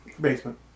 Basement